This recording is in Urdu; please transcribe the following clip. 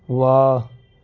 واہ